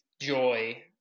joy